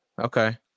Okay